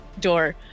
door